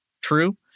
true